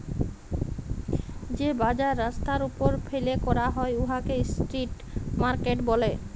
যে বাজার রাস্তার উপর ফ্যাইলে ক্যরা হ্যয় উয়াকে ইস্ট্রিট মার্কেট ব্যলে